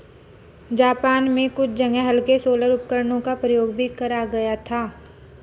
Japan में कुछ जगह हल्के सोलर उपकरणों का प्रयोग भी करा गया था